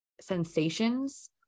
sensations